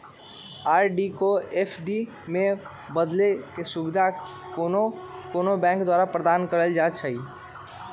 RD को FD में बदलेके सुविधा कोनो कोनो बैंके द्वारा प्रदान कएल जाइ छइ